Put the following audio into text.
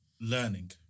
learning